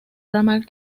ramal